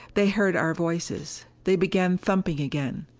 they heard our voices they began thumping again.